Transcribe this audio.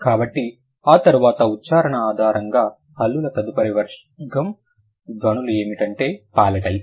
కాబట్టి ఆ తర్వాత ఉచ్ఛారణ ఆధారంగా హల్లుల తదుపరి వర్గం ధ్వనులు ఏమిటంటే పాలటల్స్